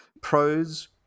Pros